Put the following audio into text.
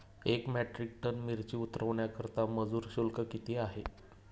एक metric tonne मिरची उतरवण्याकरता मजुर शुल्क किती आहे?